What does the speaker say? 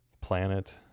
planet